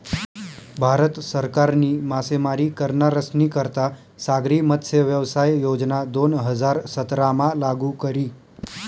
भारत सरकारनी मासेमारी करनारस्नी करता सागरी मत्स्यव्यवसाय योजना दोन हजार सतरामा लागू करी